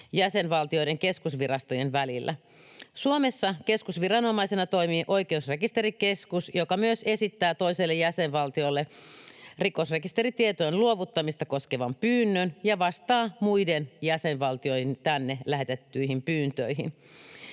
jäsenvaltioiden keskusvirastojen välillä. Suomessa keskusviranomaisena toimii Oikeusrekisterikeskus, joka myös esittää toiselle jäsenvaltiolle rikosrekisteritietojen luovuttamista koskevan pyynnön ja vastaa muiden jäsenvaltioiden tänne lähetettyihin pyyntöihin.